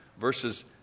verses